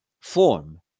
form